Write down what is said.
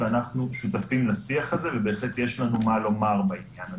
ואנחנו שותפים לשיח הזה ובהחלט יש לנו מה לומר בעניין הזה.